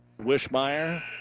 Wishmeyer